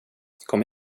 kom